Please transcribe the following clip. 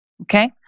Okay